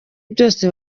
byose